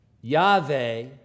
Yahweh